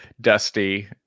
dusty